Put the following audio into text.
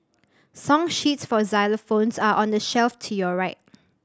song sheets for xylophones are on the shelf to your right